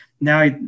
Now